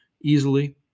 easily